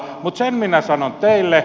mutta sen minä sanon teille